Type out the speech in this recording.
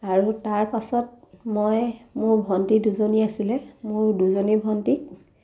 আৰু তাৰ পাছত মই মোৰ ভণ্টি দুজনী আছিলে মোৰ দুজনী ভণ্টীক